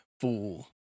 fool